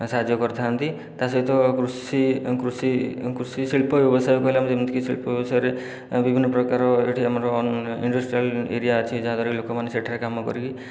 ସାହାଯ୍ୟ କରିଥାନ୍ତି ତା ସହିତ କୃଷି କୃଷି କୃଷି ଶିଳ୍ପ ବ୍ୟବସାୟ କହିଲେ ଆମେ ଯେମିତିକି ଶିଳ୍ପବିଷୟରେ ବିଭିନ୍ନ ପ୍ରକାରର ଏଠି ଆମର ଇଣ୍ଡଷ୍ଟ୍ରିଆଲ ଏରିୟା ଅଛି ଯାହା ଦ୍ଵାରାକି ଲୋକମାନେ ସେଠାରେ କାମ କରିକି